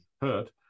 hurt